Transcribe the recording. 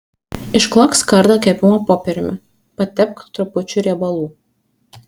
išklok skardą kepimo popieriumi patepk trupučiu riebalų